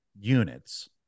units